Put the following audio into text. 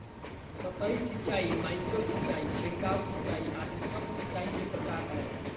सतही सिंचाई, माइक्रो सिंचाई, छिड़काव सिंचाई आदि सब सिंचाई के प्रकार हय